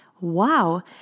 Wow